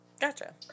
Gotcha